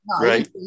right